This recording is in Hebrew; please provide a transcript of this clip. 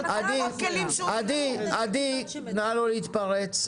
עדי, נא לא להתפרץ.